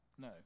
No